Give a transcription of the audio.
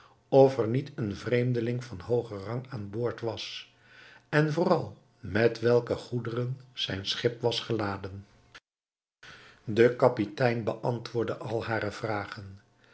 er niet een vreemdeling van hoogen rang aan boord was en vooral met welke goederen zijn schip was geladen de kapitein beantwoordde al hare vragen